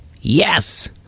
Yes